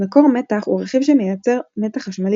מקור מתח הוא רכיב שמייצר מתח חשמלי